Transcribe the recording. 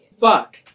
Fuck